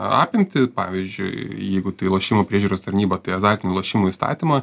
apimtį pavyzdžiui jeigu tai lošimų priežiūros tarnyba tai azartinių lošimų įstatymą